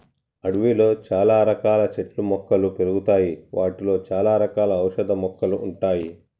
అడవిలో చాల రకాల చెట్లు మొక్కలు పెరుగుతాయి వాటిలో చాల రకాల ఔషధ మొక్కలు ఉంటాయి